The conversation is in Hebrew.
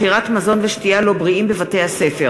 מכירת מזון ושתייה לא בריאים בבתי-הספר,